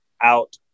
out